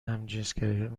همجنسگرایان